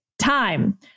time